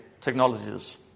technologies